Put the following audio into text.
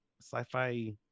sci-fi